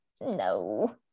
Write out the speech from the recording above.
no